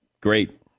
great